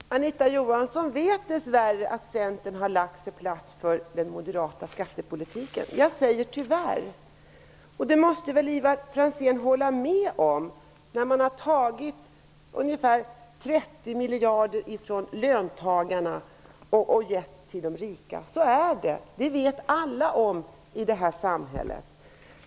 Fru talman! Anita Johansson vet dess värre att Centern har lagt sig platt för den moderata skattepolitiken. Tyvärr, måste jag säga. Det måste Ivar Franzén hålla med om. Man har tagit ungefär 30 miljarder från löntagarna och gett till de rika. Så är det. Det vet alla i det här samhället.